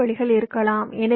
மாற்று வழிகள் இருக்கலாம்